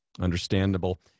Understandable